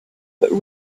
but